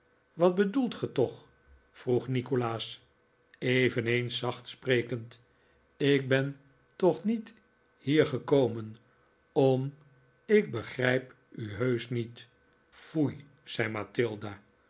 wat bedoelt ge toch vroeg nikolaas eveneens zacht sprekend ik ben toch niet hier gekomen om ik begrijp u heusch niet foei zei